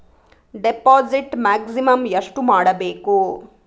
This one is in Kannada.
ಡಿಪಾಸಿಟ್ ಮ್ಯಾಕ್ಸಿಮಮ್ ಎಷ್ಟು ಮಾಡಬೇಕು?